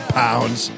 pounds